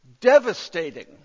Devastating